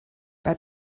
bei